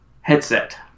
headset